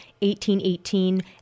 1818